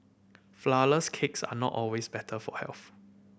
flourless cakes are not always better for health